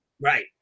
Right